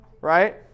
right